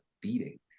beating